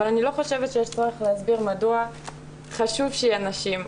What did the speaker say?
אבל אני לא חושבת שיש צורך להסביר מדוע חשוב שיהיו נשים,